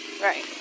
right